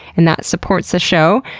and that supports the show,